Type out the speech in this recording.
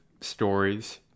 stories